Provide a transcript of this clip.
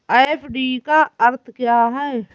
FD का अर्थ क्या है?